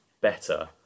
better